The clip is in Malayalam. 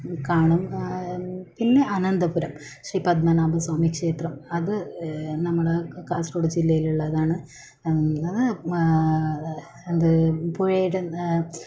കാണും പിന്നെ അനന്തപുരം ശ്രീ പദ്മനാഭ സ്വാമി ക്ഷേത്രം അത് നമ്മുടെ കാസർഗോഡ് ജില്ലയിൽ ഉള്ളതാണ് ആങ് എന്ത് പുഴയുടെ